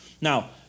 Now